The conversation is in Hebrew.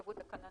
קבעו תקנון